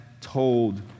told